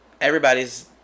everybody's